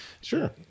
Sure